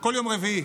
כל יום רביעי.